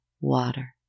water